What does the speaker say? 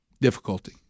difficulty